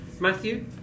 Matthew